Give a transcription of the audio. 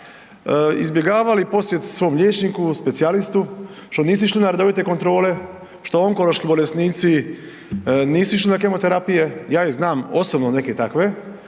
izbjegavali posjet svom liječniku, specijalistu, što nisu išli na redovite kontrole, što onkološki bolesnici nisu išli na kemoterapije. Ja ih znam osobno neke takve,